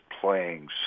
playing